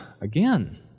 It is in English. again